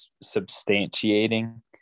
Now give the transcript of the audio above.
substantiating